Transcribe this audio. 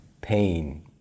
pain